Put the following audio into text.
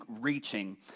reaching